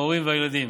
ההורים והילדים.